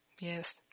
Yes